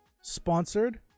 sponsored